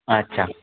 अच्छा